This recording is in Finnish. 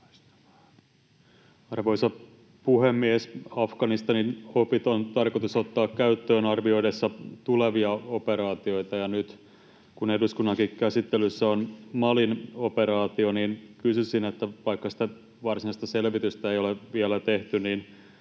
Arvoisa puhemies! Afganistanin opit on tarkoitus ottaa käyttöön arvioitaessa tulevia operaatioita. Nyt kun eduskunnankin käsittelyssä on Malin operaatio, kysyisin: Vaikka sitä varsinaista selvitystä ei ole vielä tehty, miltä